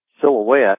silhouette